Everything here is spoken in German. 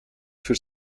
für